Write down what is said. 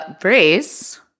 brace